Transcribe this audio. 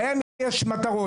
להם יש מטרות.